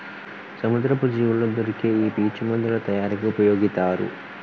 సముద్రపు జీవుల్లో దొరికే ఈ పీచు మందుల తయారీకి ఉపయొగితారు